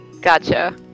Gotcha